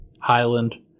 Highland